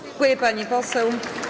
Dziękuję, pani poseł.